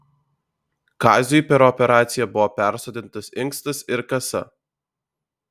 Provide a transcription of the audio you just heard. kaziui per operaciją buvo persodintas inkstas ir kasa